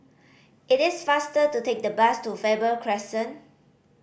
it is faster to take the bus to Faber Crescent